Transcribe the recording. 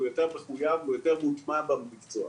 הוא יותר מחוייב ויותר מוטמע במקצוע.